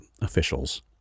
officials